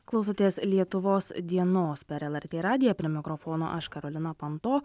klausotės lietuvos dienos per lrt radiją prie mikrofono aš karolina panto